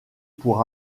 pour